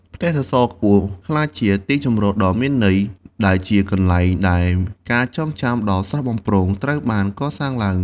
ផ្ទះសសរខ្ពស់ក្លាយជាទីជម្រកដ៏មានន័យ ដែលជាកន្លែងដែលការចងចាំដ៏ស្រស់បំព្រងត្រូវបានកសាងឡើង។